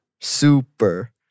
Super